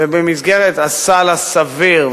ובמסגרת הסל הסביר,